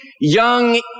young